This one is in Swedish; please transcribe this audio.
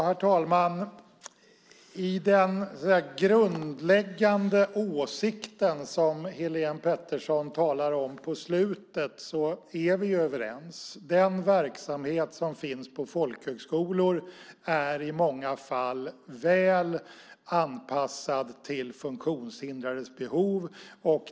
Herr talman! Helene Peterssons grundläggande åsikt på slutet är vi överens om. Den verksamhet som finns på folkhögskolor är i många fall väl anpassad till funktionshindrades behov.